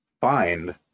find